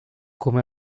come